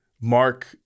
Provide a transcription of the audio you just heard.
Mark